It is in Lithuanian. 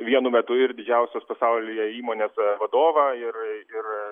vienu metu ir didžiausios pasaulyje įmonės vadovą ir ir